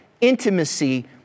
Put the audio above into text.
intimacy